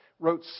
Wrote